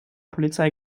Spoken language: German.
polizei